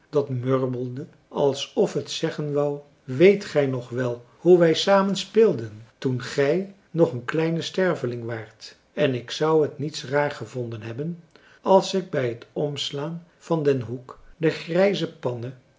dat murmelde alsof het zeggen wou weet gij nog wel hoe wij samen speelden toen gij nog een kleine sterveling waart en ik zou het niets raar gevonden françois haverschmidt familie en kennissen hebben als ik bij het omslaan van den hoek de grijze pannen